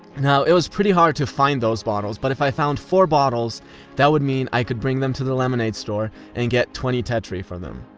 now it was pretty hard to find those bottles, but if i found four bottles that would mean i could bring them to the lemonade store and get twenty tetri for them.